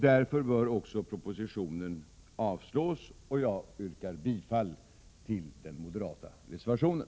Därför bör också propositionen avslås. Jag yrkar bifall till den moderata reservationen.